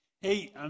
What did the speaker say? hey